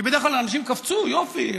כי בדרך כלל האנשים קפצו: יופי.